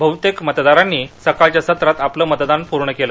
बहुतेक मतदारांनी सकाळच्या सत्रात आपले मतदान केलं